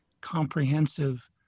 comprehensive